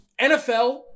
NFL